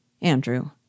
Andrew